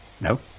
No